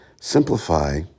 simplify